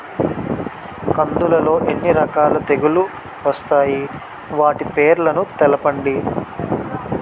కందులు లో ఎన్ని రకాల తెగులు వస్తాయి? వాటి పేర్లను తెలపండి?